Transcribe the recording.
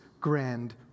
grand